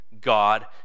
God